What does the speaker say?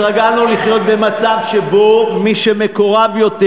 התרגלנו לחיות במצב שבו מי שמקורב יותר,